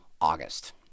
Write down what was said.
August